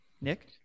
Nick